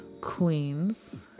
Queens